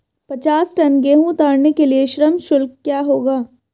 पचास टन गेहूँ उतारने के लिए श्रम शुल्क क्या होगा?